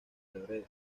laredo